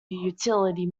utility